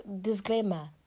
disclaimer